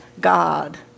God